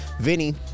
Vinny